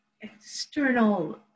external